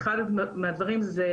נכון שכל הפיקוח היזום לא מספק,